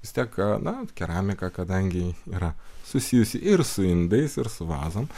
vis tiek na keramika kadangi yra susijusi ir su indais ir su vazom